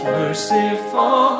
merciful